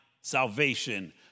salvation